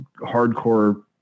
hardcore